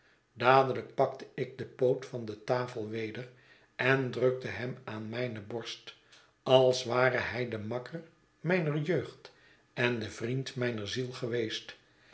dadelijk pakte ik den poot van de tafel weder en drukte hem aan mijne borst als ware hij de makker mijner jeugd en de vriend mijner ziel geweest